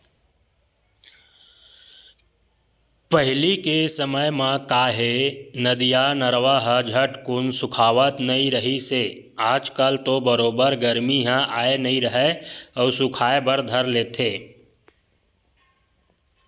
पहिली के समे म काहे नदिया, नरूवा ह झटकून सुखावत नइ रिहिस हे आज कल तो बरोबर गरमी ह आय नइ राहय अउ सुखाय बर धर लेथे